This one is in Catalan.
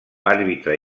àrbitre